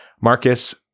Marcus